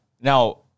Now